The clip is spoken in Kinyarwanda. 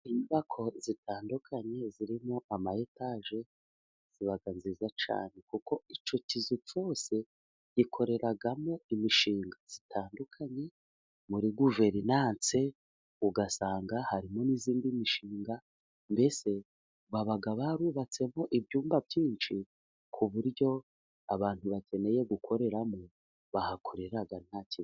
Inyubako zitandukanye zirimo amayetaje ziba nziza cyane, kuko icyo kizu cyose gikoreramo imishinga itandukanye, muri guverinanse ugasanga harimo n'indi mishinga mbese baba barubatsemo ibyumba byinshi, ku buryo abantu bakeneye gukoreramo bahakorera nta ki....